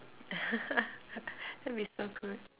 that'll be so good